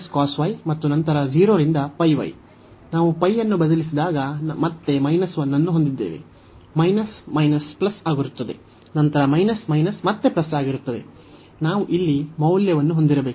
minus minus plus ಆಗಿರುತ್ತದೆ ನಂತರ minus minus ಮತ್ತೆ ಪ್ಲಸ್ ಆಗಿರುತ್ತದೆ ನಾವು ಇಲ್ಲಿ 2 ಮೌಲ್ಯವನ್ನು ಹೊಂದಿರಬೇಕು